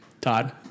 Todd